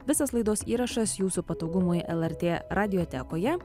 visas laidos įrašas jūsų patogumui lrt radiotekoje